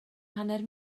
hanner